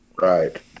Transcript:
Right